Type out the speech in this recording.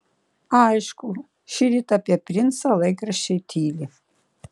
aišku šįryt apie princą laikraščiai tyli